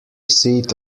seat